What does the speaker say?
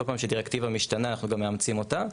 כל פעם שדירקטיבה משתנה אנחנו גם מאמצים אותה,